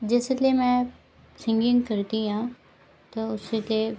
जिसलै मैं सिन्गिंग करदी आं तां उसले